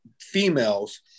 females